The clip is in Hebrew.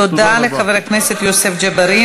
מה אתה מציע לעשות, תודה לחבר הכנסת יוסף ג'בארין.